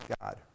God